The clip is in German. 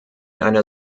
einer